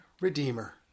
Redeemer